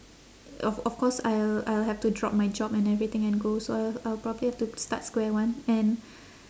of of course I'll I'll have to drop my job and everything and go so I'll I'll probably have to start square one and